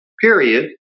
period